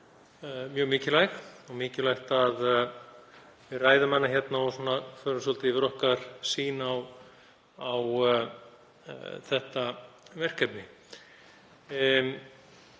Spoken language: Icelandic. mjög mikilvæg og mikilvægt að við ræðum hana hér og förum svolítið yfir sýn okkar á þetta verkefni.